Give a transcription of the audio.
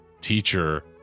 teacher